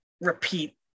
repeat